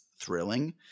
thrilling